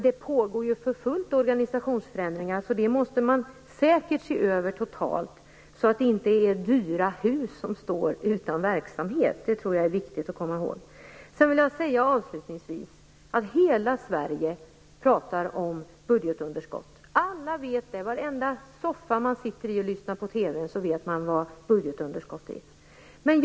Det pågår alltså organisationsförändringar för fullt, och det måste man säkert se över totalt sett, så att inte dyra hus står utan verksamhet. Det tror jag är viktigt att komma ihåg. Avslutningsvis vill jag säga att hela Sverige talar om budgetunderskott. Alla vet och känner till det; i varenda soffa där man sitter och tittar på TV vet man vad budgetunderskott är.